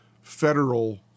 federal